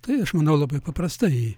tai aš manau labai paprastai